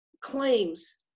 claims